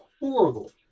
horrible